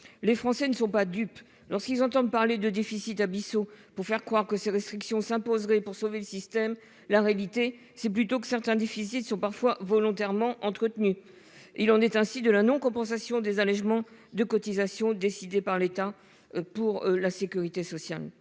Les Français ne sont pas dupes lorsqu'ils entendent parler de déficits abyssaux pour faire croire que ces restrictions s'imposerait pour sauver le système. La réalité c'est plutôt que certains déficits sont parfois volontairement entretenu. Il en est ainsi de la non-compensation des allégements de cotisations décidée par l'État pour la sécurité sociale.